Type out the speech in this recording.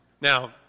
Now